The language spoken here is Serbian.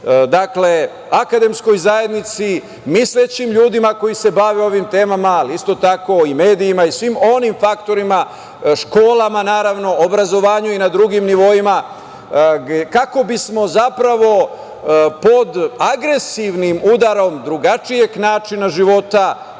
i akademskoj zajednici, mislećim ljudima koji se bave ovim temama, ali isto tako i medijima i svim onim faktorima, školama, naravno, obrazovanju i na drugim nivoima kako bismo, zapravo, pod agresivnim udarom drugačijeg načina života,